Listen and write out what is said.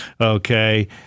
okay